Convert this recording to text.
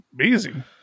amazing